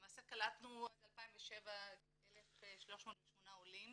למעשה קלטנו עד 2007 כ-1,308 עולים